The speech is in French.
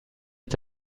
est